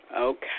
Okay